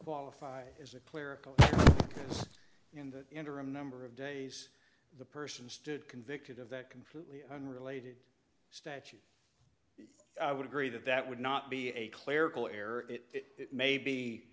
qualify as a clerical in that interim number of days the person stood convicted of that completely unrelated statute i would agree that that would not be a clerical error it may be